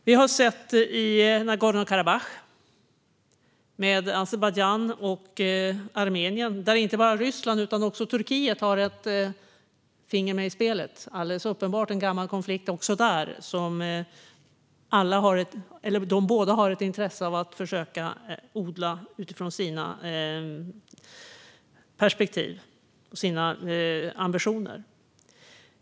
Vi har sett det i Nagorno-Karabach med Azerbajdzjan och Armenien, där inte bara Ryssland utan också Turkiet har ett finger med i spelet. Också detta är alldeles uppenbart en gammal konflikt där dessa båda har ett intresse av att försöka odla sina ambitioner utifrån sina perspektiv.